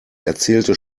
erzählte